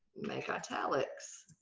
make italics.